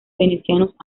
venecianos